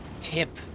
tip